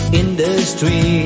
industry